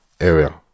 area